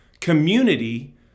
Community